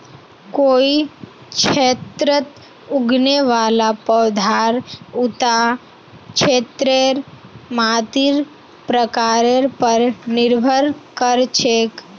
कोई क्षेत्रत उगने वाला पौधार उता क्षेत्रेर मातीर प्रकारेर पर निर्भर कर छेक